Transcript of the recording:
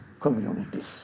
communities